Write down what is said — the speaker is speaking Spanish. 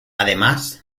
además